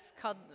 called